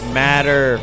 matter